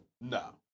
No